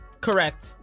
Correct